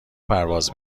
پرواز